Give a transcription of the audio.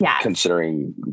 considering